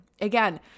Again